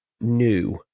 new